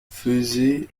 faisait